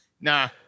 nah